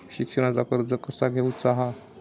शिक्षणाचा कर्ज कसा घेऊचा हा?